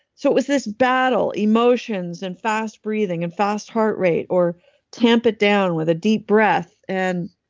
so, it was this battle, emotions, and fast breathing, and fast heart rate, or tamp it down with a deep breath and